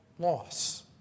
loss